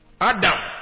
Adam